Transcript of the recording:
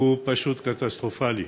הוא פשוט קטסטרופלי.